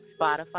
Spotify